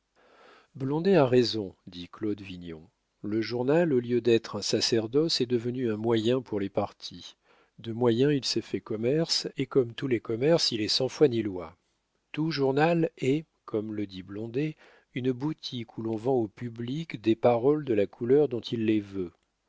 a raison dit claude vignon le journal au lieu d'être un sacerdoce est devenu un moyen pour les partis de moyen il s'est fait commerce et comme tous les commerces il est sans foi ni loi tout journal est comme le dit blondet une boutique où l'on vend au public des paroles de la couleur dont il les veut